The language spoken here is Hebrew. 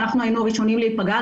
ואנחנו היינו הראשונים להיפגע.